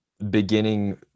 beginning